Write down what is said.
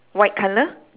white colour